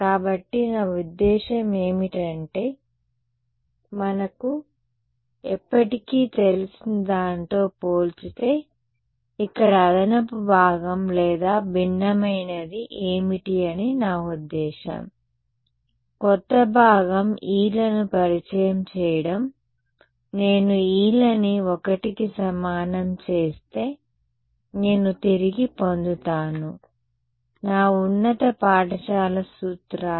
కాబట్టి నా ఉద్దేశ్యం ఏమిటంటే మనకు ఎప్పటికీ తెలిసిన దానితో పోల్చితే ఇక్కడ అదనపు భాగం లేదా భిన్నమైనది ఏమిటి అని నా ఉద్దేశ్యం కొత్త భాగం e లను పరిచయం చేయడం నేను e లను 1 కి సమానం చేస్తే నేను తిరిగి పొందుతాను నా ఉన్నత పాఠశాల సూత్రాలు